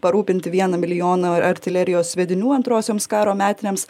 parūpinti vieną milijoną artilerijos sviedinių antrosioms karo metinėms